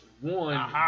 one